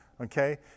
Okay